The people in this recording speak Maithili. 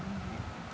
आर हम फेर